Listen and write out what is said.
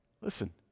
Listen